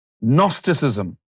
Gnosticism